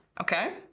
Okay